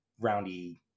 Roundy